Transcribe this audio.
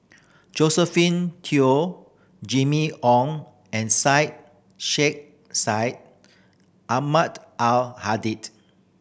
Josephine Teo Jimmy Ong and Syed Sheikh Syed Ahmad Al